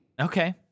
Okay